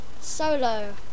Solo